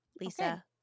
Lisa